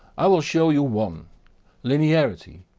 i' will show you one linearity.